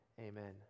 amen